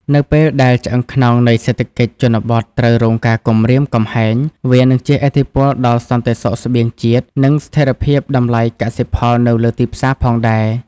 នៅពេលដែលឆ្អឹងខ្នងនៃសេដ្ឋកិច្ចជនបទត្រូវរងការគំរាមកំហែង វានឹងជះឥទ្ធិពលដល់សន្តិសុខស្បៀងជាតិ និងស្ថិរភាពតម្លៃកសិផលនៅលើទីផ្សារផងដែរ។